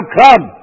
come